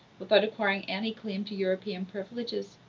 without acquiring any claim to european privileges.